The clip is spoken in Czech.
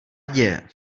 děje